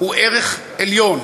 הוא ערך עליון.